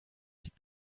liegt